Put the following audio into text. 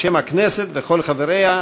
בשם הכנסת וכל חבריה,